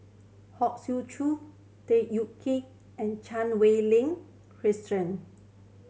Hong Sek Chern Tham Yui and Chan Wei Ling